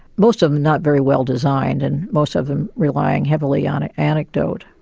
most of them not very well designed and most of them relying heavily on ah anecdote.